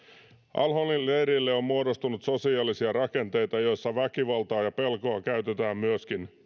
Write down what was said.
al holin leirille on muodostunut sosiaalisia rakenteita joissa väkivaltaa ja pelkoa käytetään myöskin